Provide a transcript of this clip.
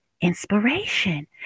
inspiration